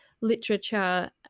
literature